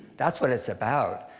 that's what it's about.